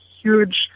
huge